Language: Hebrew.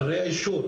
אחרי האישור,